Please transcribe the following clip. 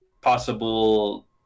possible